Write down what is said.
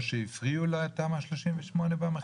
או שהפריעו לתמ"א 38 במחקר שלכם?